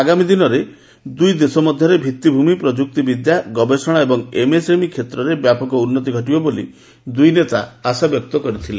ଆଗାମୀ ଦିନରେ ଦୁଇ ଦେଶ ମଧ୍ୟରେ ଭିଭିଭୂମି ପ୍ରଯୁକ୍ତି ବିଦ୍ୟା ଗବେଷଣା ଏବଂ ଏମ୍ଏସ୍ଏମ୍ଇ କ୍ଷେତ୍ରରେ ବ୍ୟାପକ ଉନ୍ନତି ଘଟିବ ବୋଲି ଦୁଇ ନେତା ଆଶାବ୍ୟକ୍ତ କରିଥିଲେ